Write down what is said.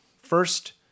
First